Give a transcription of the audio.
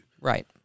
Right